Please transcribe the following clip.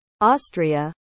Austria